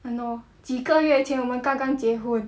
!hannor! 几个月前我们刚刚结婚